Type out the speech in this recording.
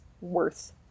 worth